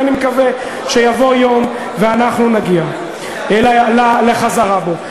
ואני מקווה שיבוא יום ואנחנו נגיע לחזרה בו.